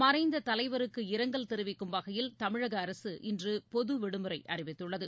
மறைந்த தலைவருக்கு இரங்கல் தெரிவிக்கும் வகையில் தமிழக அரசு இன்று பொது விடுமுறை நி அறிவித்துள்ளது